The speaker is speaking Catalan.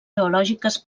geològiques